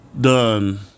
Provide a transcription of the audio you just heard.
done